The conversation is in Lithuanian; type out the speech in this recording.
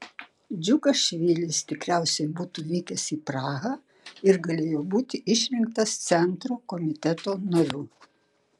džiugašvilis tikriausiai būtų vykęs į prahą ir galėjo būti išrinktas centro komiteto nariu